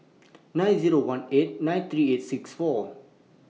nine Zero one eight nine three eight six four